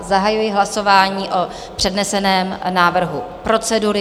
Zahajuji hlasování o předneseném návrhu procedury.